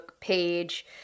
page